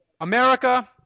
America –